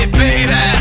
baby